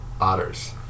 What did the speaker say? Otters